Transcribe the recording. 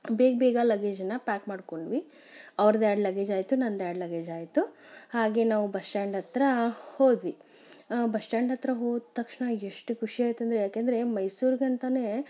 ಬೇಗ ಬೇಗ ಲಗೇಜನ್ನು ಪ್ಯಾಕ್ ಮಾಡಿಕೊಂಡ್ವಿ ಅವ್ರದ್ದು ಎರಡು ಲಗೇಜ್ ಆಯಿತು ನಂದು ಎರಡು ಲಗೇಜ್ ಆಯಿತು ಹಾಗೇ ನಾವು ಬಸ್ ಸ್ಟಾಂಡ್ ಹತ್ತಿರ ಹೋದ್ವಿ ಬಸ್ ಸ್ಟಾಂಡ್ ಹತ್ತಿರ ಹೋದ ತಕ್ಷಣ ಎಷ್ಟು ಖುಷಿ ಆಯಿತಂದ್ರೆ ಯಾಕೆಂದರೆ ಮೈಸೂರಿಗಂತಲೇ